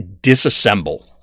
disassemble